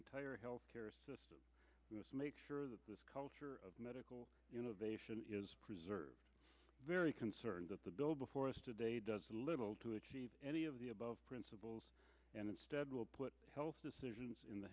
entire health care system make sure that this culture of medical innovation is preserved very concerned that the bill before us today does little to achieve any of the above principles and instead will put health decisions in the